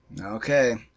Okay